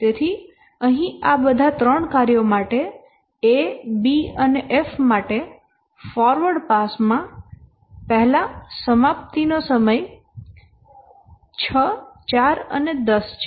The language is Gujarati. તેથી અહીં આ બધા 3 કાર્યો માટે A B અને F માટે ફોરવર્ડ પાસ માં પહેલા સમાપ્તિનો સમય 0 0 0 છે